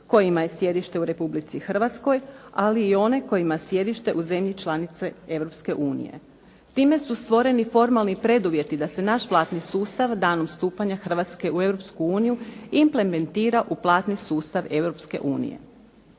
kojima je sjedište u Republici Hrvatskoj ali i one kojima je sjedište u zemlji članici Europske unije. Time su stvoreni formalni preduvjeti da se naš platni sustav danom stupanja Hrvatske u Europsku uniju implementira u platni sustav